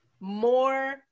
more